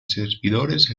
servidores